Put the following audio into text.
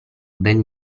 ben